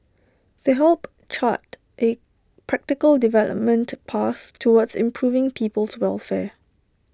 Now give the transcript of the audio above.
they help chart A practical development path towards improving people's welfare